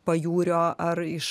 pajūrio ar iš